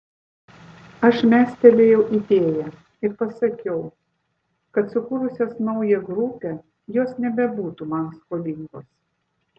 aš mestelėjau idėją ir pasakiau kad sukūrusios naują grupę jos nebebūtų man skolingos